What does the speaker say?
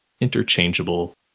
interchangeable